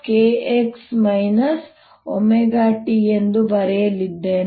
ಅಂತೆಯೇ ನಾನು B ಅನ್ನು B B0 kx wt ಎಂದು ಬರೆಯಲಿದ್ದೇನೆ